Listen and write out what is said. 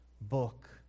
book